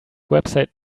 website